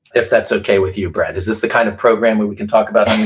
if that's okay with you, brett. is this the kind of program where we can talk about